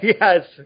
Yes